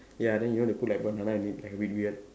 ya then you want to put banana in it like a bit weird